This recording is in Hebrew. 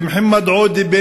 ומוחמד עודה,